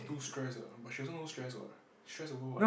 too stress ah but she also no stress what stress over what